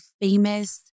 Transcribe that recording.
famous